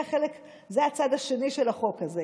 זה הצד השני של החוק הזה.